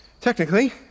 technically